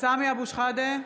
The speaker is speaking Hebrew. סמי אבו שחאדה,